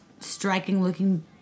striking-looking